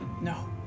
No